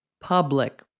public